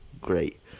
great